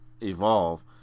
Evolve